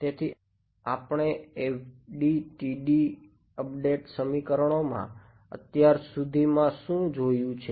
તેથી આપણે FDTD update સમીકરણોમાં અત્યાર સુધીમાં શું જોયું છે